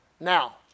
Now